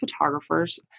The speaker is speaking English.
photographers